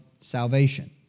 salvation